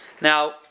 Now